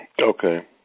Okay